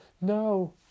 No